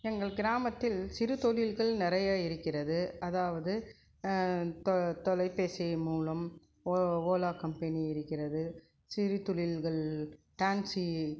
எங்கள் கிராமத்தில் சிறு தொழில்கள் நிறைய இருக்கிறது அதாவது தொ தொலைபேசி மூலம் ஒ ஓலா கம்பெனி இருக்கிறது சிறு தொழில்கள் டான்சி